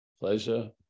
Pleasure